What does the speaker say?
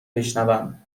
بشنوم